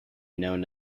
known